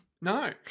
No